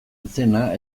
izena